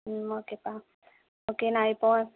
ம் ஓகேப்பா ஓகே நான் இப்போது